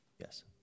Yes